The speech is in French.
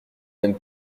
même